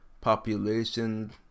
Population